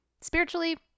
Spiritually